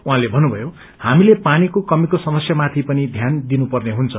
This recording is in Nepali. उहाँले भन्नुभयो हमीले पानीको कमीको समस्यामाथि पनि ध्यान दिनुपेर्न हुन्छ